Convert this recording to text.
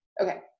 Okay